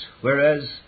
whereas